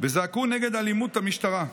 "וזעקו נגד אלימות המשטרה.